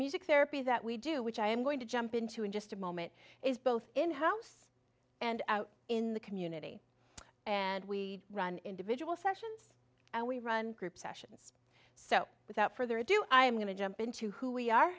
music therapy that we do which i am going to jump into in just a moment is both in house and out in the community and we run individual sessions and we run group sessions so without further ado i am going to jump into who we are